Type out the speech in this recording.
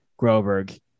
Groberg